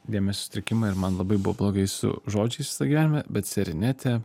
dėmesio sutrikimą ir man labai buvo blogai su žodžiais gyvenime bet serinetė